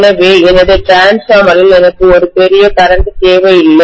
எனவே எனது டிரான்ஸ்பார்மரில் எனக்கு ஒரு பெரிய கரண்ட்தேவையில்லை